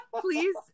Please